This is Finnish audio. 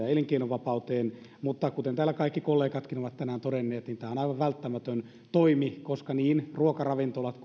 ja elinkeinovapauteen mutta kuten täällä kaikki kollegatkin ovat tänään todenneet tämä on aivan välttämätön toimi koska niin ruokaravintolat